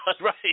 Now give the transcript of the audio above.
Right